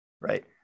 right